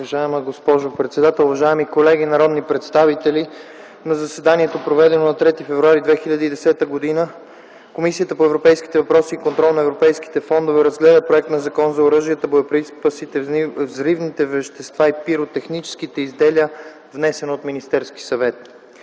Уважаема госпожо председател, уважаеми колеги народни представители! „На заседанието, проведено на 3 февруари 2010 г., Комисията по европейските въпроси и контрол на европейските фондове разгледа проект на Закон за оръжията, боеприпасите, взривните вещества и пиротехническите изделия, внесен от Министерския съвет.